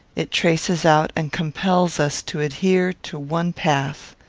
it traces out and compels us to adhere to one path.